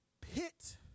pit